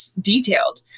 detailed